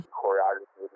choreography